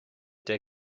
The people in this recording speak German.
der